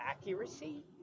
accuracy